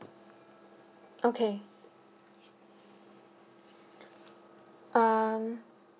okay um